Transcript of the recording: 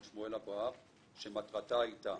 מר שמואל אבואב שמטרתה הייתה